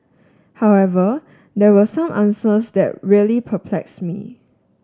however there were some answers that really perplexed me